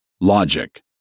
logic